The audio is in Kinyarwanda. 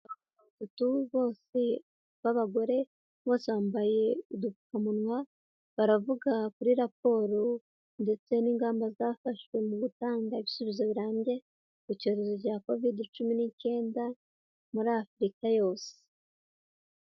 Abantu batatu bose b'abagore bose bambaye udukamunwa baravuga kuri raporo ndetse n'ingamba zafashwe mu gutanga ibisubizo birambye ku cyorezo cya kovide cumi n'icyenda muri Afurika yose.